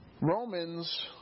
Romans